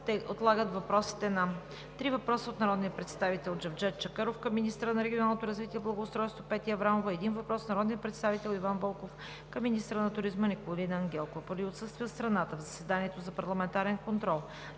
се отлагат отговорите на: - три въпроса от народния представител Джевдет Чакъров към министъра на регионалното развитие и благоустройството Петя Аврамова; - един въпрос от народния представител Иван Вълков към министъра на туризма Николина Ангелкова. Поради отсъствие от страната в заседанието за парламентарен контрол